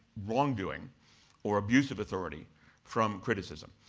wrongdoing or abusive authority from criticism.